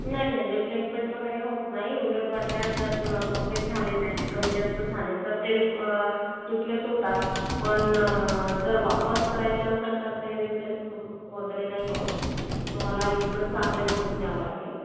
नाही नाही रिप्लेसमेंट वगैरे होत नाही उलट वाटल्यास जर कपडे झाले नाही कमी जास्त झाले तर ते रिप्लेस होतात पण जर वापस करायचे असेल तर ते रिप्लेस वगैरे नाही होत तुम्हाला इथूनच चांगले बघून न्यावं लागेल